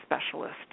specialist